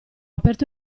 aperto